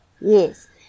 Yes